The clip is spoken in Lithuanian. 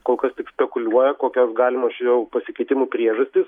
kol kas tik spekuliuoja kokios galimos šio pasikeitimų priežastys